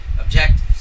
objectives